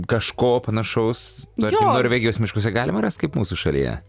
kažko panašaus tarkim norvegijos miškuose galima rast kaip mūsų šalyje